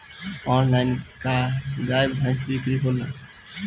Online का गाय भैंस क बिक्री होला?